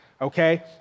okay